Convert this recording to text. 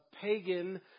pagan